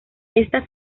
ésta